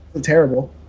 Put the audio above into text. terrible